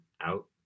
out